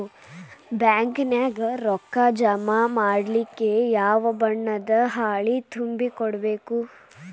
Bank ನ್ಯಾಗ ರೊಕ್ಕಾ ಜಮಾ ಮಾಡ್ಲಿಕ್ಕೆ ಯಾವ ಬಣ್ಣದ್ದ ಹಾಳಿ ತುಂಬಿ ಕೊಡ್ಬೇಕು?